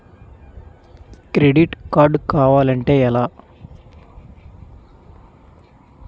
Credit card కావాలి అంటే ఎలా?